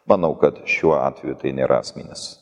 manau kad šiuo atveju tai nėra esminis